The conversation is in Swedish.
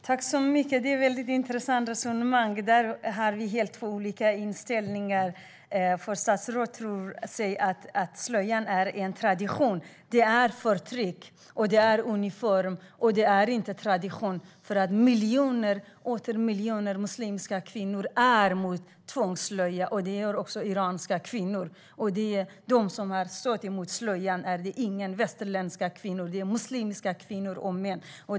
Herr talman! Det är ett intressant resonemang. Här har vi helt olika inställning. Statsrådet säger att slöjan är tradition. Men det är förtryck och uniform, inte tradition. Miljoner och åter miljoner muslimska kvinnor är emot tvångsslöja, även iranska kvinnor. De som har stått emot slöjan är inte västerländska kvinnor, utan det är muslimska kvinnor och män.